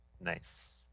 Nice